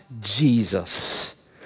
Jesus